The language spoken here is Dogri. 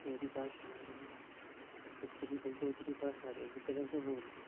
मेरी भाशा एह् गुज्जरी गोजरी भाशा ते गुज्जरें गै बोलनी